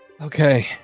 Okay